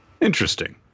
Interesting